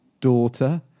daughter